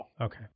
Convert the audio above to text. Okay